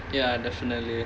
ya definitely